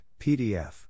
PDF